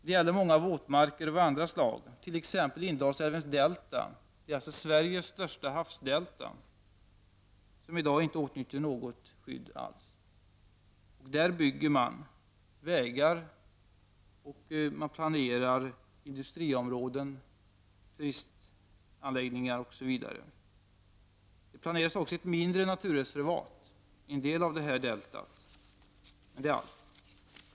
Det gäller många våtmarker av olika slag, t.ex. Indalsälvens delta, som är Sveriges största havsdelta och som i dag inte åtnjuter något skydd alls. Där bygger man vägar och planerar industriområden, turistanläggningar osv. Det planeras också ett mindre naturreservat i en del av deltat, men det är allt.